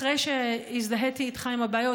אחרי שהזדהיתי איתך על הבעיות,